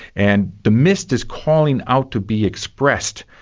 and the mist is calling out to be expressed,